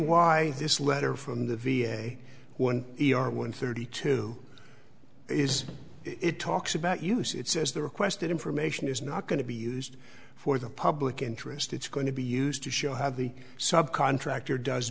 why this letter from the v a one e r one thirty two is it talks about use it says the requested information is not going to be used for the public interest it's going to be used to show how the sub contractor does